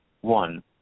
one